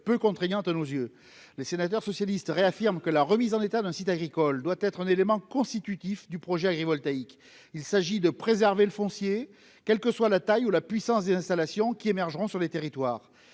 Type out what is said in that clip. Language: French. peu contraignantes, à nos yeux, les sénateurs socialistes réaffirment que la remise en état d'un site agricole doit être un élément constitutif du projet gris voltaïque, il s'agit de préserver le foncier, quelle que soit la taille ou la puissance des installations qui émergeront sur les territoires,